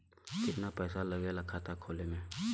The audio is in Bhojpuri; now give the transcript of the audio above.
कितना पैसा लागेला खाता खोले में?